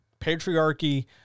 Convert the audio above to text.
Patriarchy